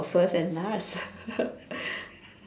first and last